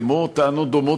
כמו טענות דומות,